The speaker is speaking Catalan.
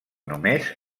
només